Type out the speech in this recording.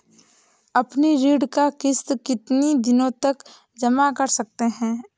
अपनी ऋण का किश्त कितनी दिनों तक जमा कर सकते हैं?